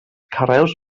carreus